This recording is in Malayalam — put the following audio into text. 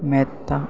മെത്ത